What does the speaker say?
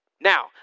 Now